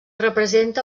representa